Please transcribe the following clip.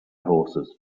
horses